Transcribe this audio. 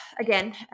again